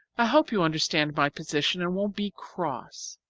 i hope you understand my position and won't be cross.